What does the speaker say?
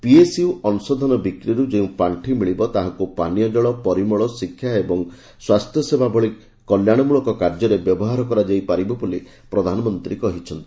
PSU ଅଶଧନ ବିକ୍ରିରୁ ଯେଉଁ ପାର୍ଷି ମିଳିବ ତାହାକୁ ପାନୀୟଜଳ ପରିମଳ ଶିକ୍ଷା ଏବଂ ସୁବାସ୍ଥ୍ୟ ସେବା କ୍ଷେତ୍ର ଭଳି କଲ୍ୟାଣମୂଳକ କାର୍ଯ୍ୟରେ ବ୍ୟବହାର କରାଯାଇ ପାରିବ ବୋଲି ପ୍ରଧାନମନ୍ତ୍ରୀ କହିଛନ୍ତି